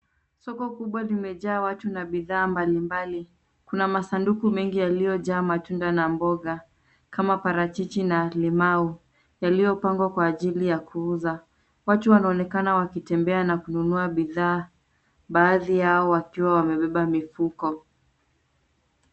Soko kubwa zimejaa watu na bidhaa mbalimbali. Kuna masanduku mengi yaliyojaa matunda na mboga kama parachichi na limau yaliyopangwa kwa ajili ya kuuza. Watu wanaonekana wakitembea na kununua bidhaa, baadhi yao wakiwa wamebeba mifuko.